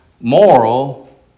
moral